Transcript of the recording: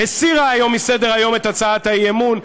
הסירה היום מסדר-היום את הצעת האי-אמון,